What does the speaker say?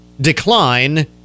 decline